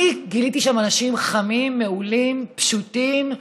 אני גיליתי שם אנשים חמים, מעולים, פשוטים,